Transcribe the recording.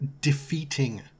defeating